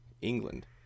England